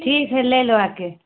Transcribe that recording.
ठीक है ले लो आकर